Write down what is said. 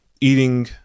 eating